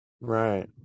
Right